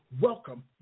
Welcome